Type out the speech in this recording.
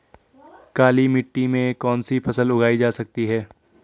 काली मिट्टी में कौनसी फसल उगाई जा सकती है?